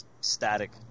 static